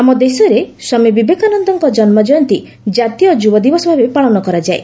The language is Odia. ଆମ ଦେଶରେ ସ୍ୱାମୀ ବିବେକାନନ୍ଦଙ୍କ ଜନ୍ମଜୟନ୍ତୀ ଜାତୀୟ ଯୁବ ଦିବସ ଭାବେ ପାଳନ କରାଯାଏ